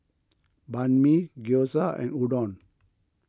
Banh Mi Gyoza and Udon